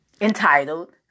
entitled